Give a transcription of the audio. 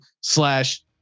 slash